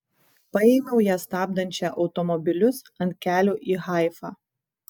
paėmiau ją stabdančią automobilius ant kelio į haifą